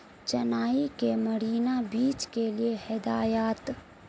چنائی کے Marina beach کے لیے ہدایات